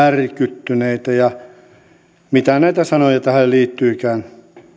järkyttyneitä ja mitä näitä sanoja tähän liittyykään